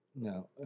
No